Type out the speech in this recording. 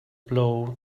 blow